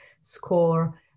score